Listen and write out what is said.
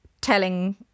telling